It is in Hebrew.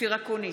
אופיר אקוניס,